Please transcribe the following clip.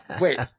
wait